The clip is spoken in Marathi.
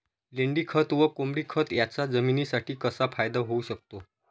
लेंडीखत व कोंबडीखत याचा जमिनीसाठी कसा फायदा होऊ शकतो?